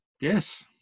Yes